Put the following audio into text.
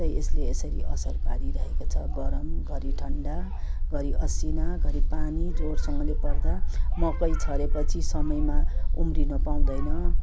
यसले यसरी असर पारिरहेको छ गरम घरि ठन्डा घरि असिना घरि पानी जोरसँगले पर्दा मकै छरेपछि समयमा उम्रिन पाउँदैन